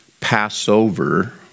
Passover